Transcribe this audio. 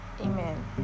Amen